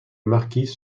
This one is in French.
marquis